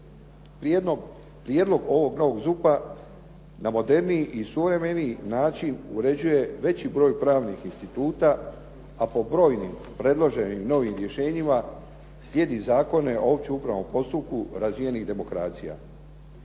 Prijedlog ovog novog ZUP-a na moderniji i suvremeniji način uređuje veći broj pravnih instituta, a po brojnim predloženim novim rješenjima slijedi zakone o općem upravnom postupku razvijenih demokracija.